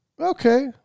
Okay